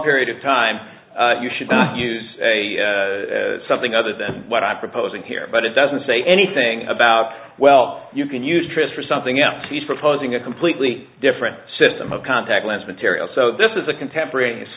period of time you should use something other than what i'm proposing here but it doesn't say anything about well you can use tricks for something else he's proposing a completely different system of contact lens material so this is a contemporaneous